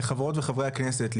חברות וחברי הכנסת,